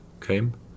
came